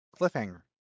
Cliffhanger